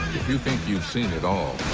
you think you've seen it all,